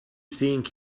think